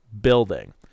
building